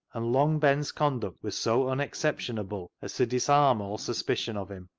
and long ben's conduct was so un exceptionable as to disarm all suspicion of him.